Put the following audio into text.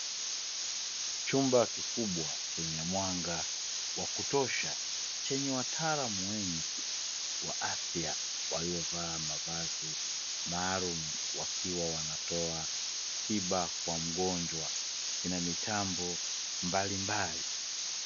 Chumba kikubwa chenye mwanga wa kutosha chenye wataalamu wengi wa afya waliovaa mavazi maalum wakiwa wanatoa tiba kwa mgonjwa, kina mitambo mbalimbali.